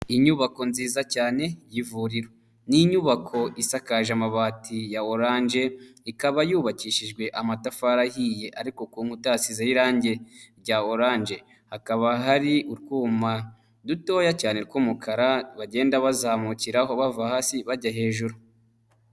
Inyubako nziza cyane y'ivuriro, ni inyubako isakaje amabati ya oranje, ikaba yubakishijwe amatafari ahiye, ariko ku nkuta hasizeho irangi rya oranje, hakaba hari utwuma dutoya cyane tw'umukara bagenda bazamukiraho bava hasi bajya hejuru.